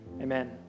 Amen